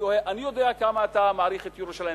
אני יודע כמה אתה מעריך את ירושלים,